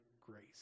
grace